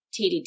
TDD